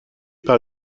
par